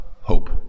hope